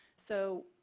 so,